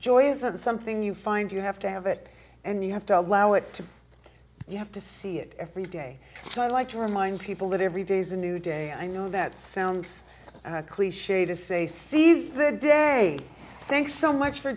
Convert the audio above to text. joy isn't something you find you have to have it and you have to allow it to you have to see it every day so i like to remind people that every day's a new day i know that sounds cliche to say seize the day thanks so much for